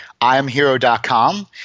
IamHero.com